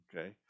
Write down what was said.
Okay